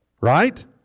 Right